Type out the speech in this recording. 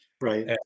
Right